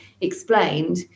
explained